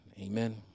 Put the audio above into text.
Amen